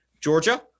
georgia